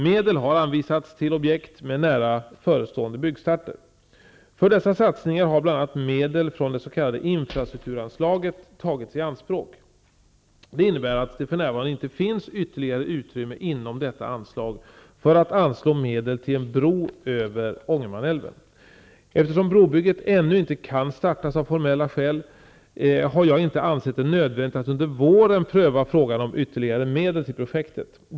Medel har anvisats till objekt med nära förestående byggstarter. För dessa satsningar har bl.a. medel från det s.k. infrastrukturanslaget tagits i anspråk. Det innebär att det för närvarande inte finns ytterligare utrymme inom detta anslag för att anslå medel till en bro över Ångermanälven. Eftersom brobygget ännu inte kan startas av formella skäl har jag inte ansett det nödvändigt att under våren pröva frågan om ytterligare medel till projektet.